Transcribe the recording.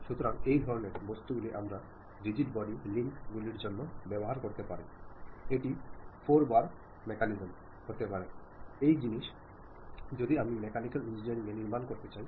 সুতরাং এই ধরণের বস্তু গুলি আমরা রিজিড বডি লিঙ্ক গুলির জন্য ব্যবহার করতে পারি এটি ফোর বার মেকানিজম হতে পারে এই জাতীয় জিনিস যদি আমি মেকানিকাল ইঞ্জিনিয়ারিং এ নির্মাণ করতে চাই